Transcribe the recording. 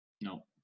no